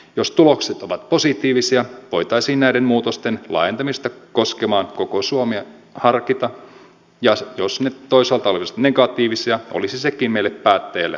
jos tulokset ovat positiivisia voitaisiin näiden muutosten laajentamista koskemaan koko suomea harkita ja jos ne toisaalta olisivat negatiivisia olisi sekin meille päättäjille arvokasta tietoa